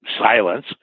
silence